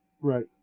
Right